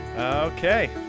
Okay